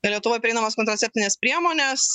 lietuvoj prieinamas kontraceptines priemones